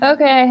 Okay